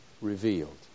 revealed